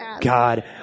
God